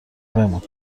بمون